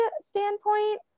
standpoint